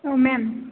औ मेम